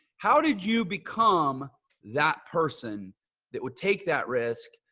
how did you become that person that would take that risk?